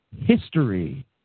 history